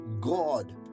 God